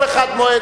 כל אחד במועד,